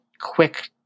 quick